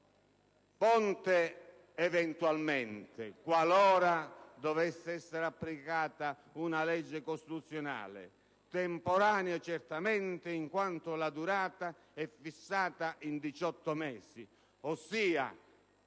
ponte eventualmente, qualora dovesse essere applicata una legge costituzionale; temporaneo certamente, in quanto la durata è fissata in 18 mesi. Ossia,